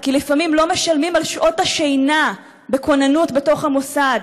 כי לפעמים לא משלמים על שעות השינה בכוננות בתוך המוסד,